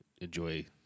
enjoy